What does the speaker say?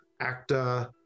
actor